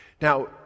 Now